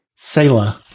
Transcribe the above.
Sailor